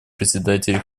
председателя